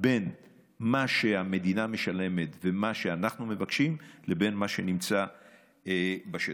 בין מה שהמדינה משלמת ומה שאנחנו מבקשים לבין מה שנמצא בשטח.